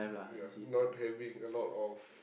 ya not having a lot of